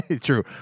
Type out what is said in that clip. True